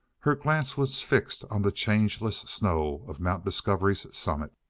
her glance was fixed on the changeless snow of mount discovery's summit.